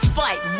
fight